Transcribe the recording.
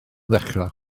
dechrau